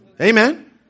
Amen